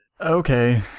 okay